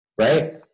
right